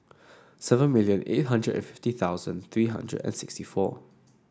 seven million eight hundred and fifty thousand three hundred and sixty four